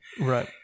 Right